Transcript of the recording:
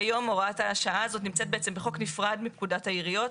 כיום הוראת השעה הזאת נמצאת בחוק נפרד מפקודת העיריות.